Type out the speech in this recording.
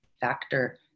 factor